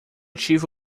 tive